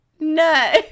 no